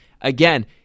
again